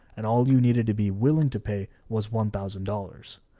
and all you needed to be willing to pay was one thousand dollars.